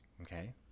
Okay